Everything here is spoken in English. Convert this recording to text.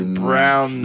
brown